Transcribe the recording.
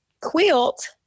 quilt